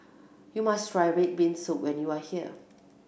you must try red bean soup when you are here